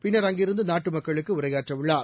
பின்னர் அங்கிருந்து நாட்டு மக்களுக்கு உரையாற்றவுள்ளார்